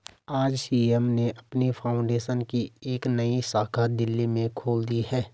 आज शिवम ने अपनी फाउंडेशन की एक नई शाखा दिल्ली में खोल दी है